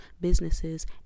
businesses